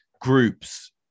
groups